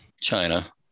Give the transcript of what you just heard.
China